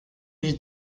biex